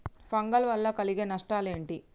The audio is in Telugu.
ఫంగల్ వల్ల కలిగే నష్టలేంటి?